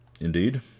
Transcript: indeed